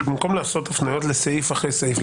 במקום לעשות הפניות לסעיף אחרי סעיף,